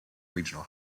regional